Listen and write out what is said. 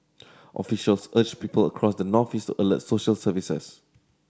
officials urged people across the northeast alert social services